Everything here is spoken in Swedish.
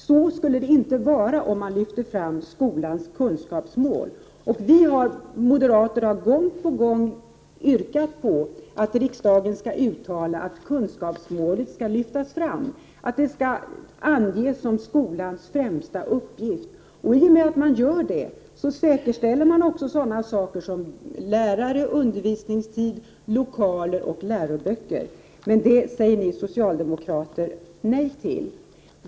Så skulle det inte vara om vi lyfte fram skolans kunskapsmål. Vi moderater har gång på gång yrkat på att riksdagen skall uttala att kunskapsmålet skall lyftas fram, att det skall anges som skolans främsta mål. I och med att man gör detta säkerställer man också sådana saker som lärare, undervisningstid, lokaler och läroböcker. Men det säger ni socialdemokrater nej till.